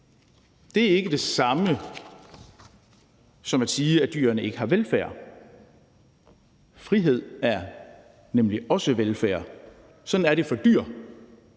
Det er ikke det samme som at sige, at dyrene ikke har velfærd. Frihed er nemlig også velfærd. Sådan er det for dyr,